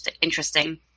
interesting